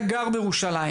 היה גר בירושלים.